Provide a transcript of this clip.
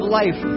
life